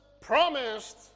promised